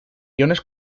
iones